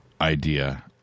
idea